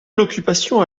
l’occupation